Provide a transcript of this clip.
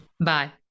Bye